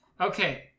Okay